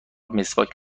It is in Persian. مسواک